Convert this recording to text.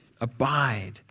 Abide